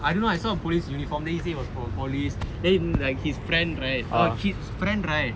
I don't know I saw some police uniform then he say he's from police then like his friend right his friend right